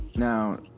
Now